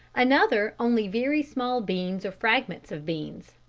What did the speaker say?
another only very small beans or fragments of beans,